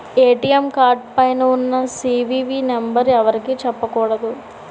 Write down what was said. ATM card పైన ఉన్న CVV number ఎవరికీ చెప్పకూడదు